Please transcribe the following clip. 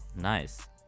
Nice